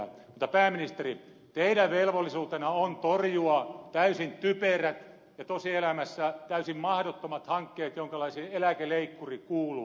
mutta pääministeri teidän velvollisuutenanne on torjua täysin typerät ja tosielämässä täysin mahdottomat hankkeet jonkalaisiin eläkeleikkuri kuuluu